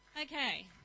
Okay